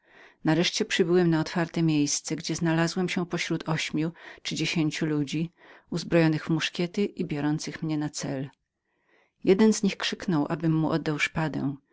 nareszcie przybyłem na otwarte miejsce gdzie znalazłem się pośród ośmiu do dziesięciu ludzi uzbrojonych w muszkiety i biorących mnie na cel jeden z nich krzyknął abym mu oddał szpadę